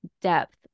depth